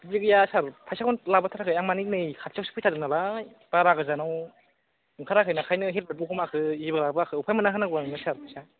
बिब्दि गैया सार फायसाखौनो लाबोथाराखै आं माने खाथियावसो फैथारदों नालाय बारा गोजानाव ओंखाराखै नालाय बेखायनो हेलमेथबो हमाखै जेबो लाबोयाखै अफाय मोनना होनांगौ नोंनो सार आं फैसा